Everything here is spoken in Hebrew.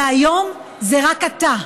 והיום זה רק אתה,